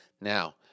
Now